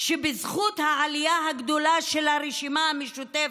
שבזכות העלייה הגדולה של הרשימה המשותפת,